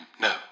no